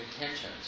intentions